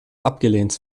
abgelehnt